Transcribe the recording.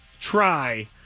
try